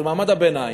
של מעמד הביניים,